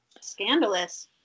scandalous